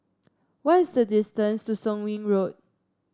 what is the distance to Soon Wing Road